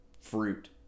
fruit